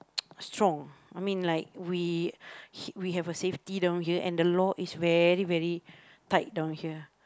strong I mean like we h~ we have a safety down here and the law is very very tight down here